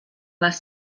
les